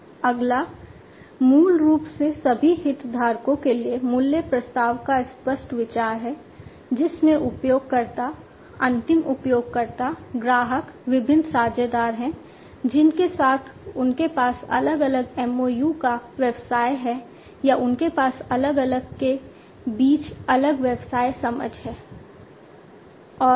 अगला मूल रूप से सभी हितधारकों के लिए मूल्य प्रस्ताव का स्पष्ट विचार है जिसमें उपयोगकर्ता अंतिम उपयोगकर्ता ग्राहक विभिन्न साझेदार हैं जिनके साथ उनके पास अलग अलग MOU का व्यवसाय है या उनके पास अलग अलग के बीच अलग व्यवसाय समझ है